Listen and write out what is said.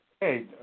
Hey